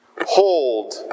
hold